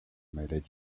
maladie